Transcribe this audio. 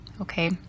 Okay